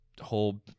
whole